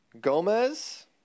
Gomez